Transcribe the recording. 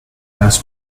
glass